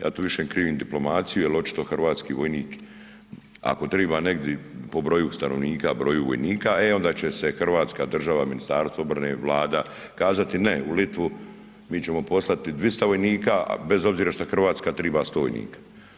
Ja tu više krivim diplomaciju jer očito hrvatski vojnik, ako treba negdje po broju stanovnika, broju vojnika, e onda će se hrvatska država, MORH, Vlada kazati ne, u Litvu, mi ćemo poslati 200 vojnika, bez obzira što Hrvatska treba 100 vojnika.